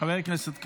חבר הכנסת כץ,